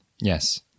Yes